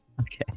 Okay